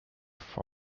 for